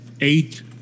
eight